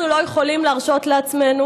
אנחנו לא יכולים להרשות לעצמנו